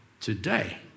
today